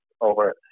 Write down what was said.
over